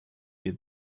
wie